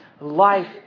life